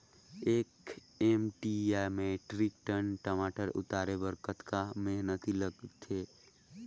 एक एम.टी या metric ton टमाटर उतारे बर कतका मेहनती लगथे ग?